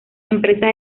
empresas